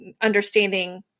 understanding